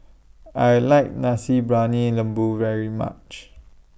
I like Nasi Briyani Lembu very much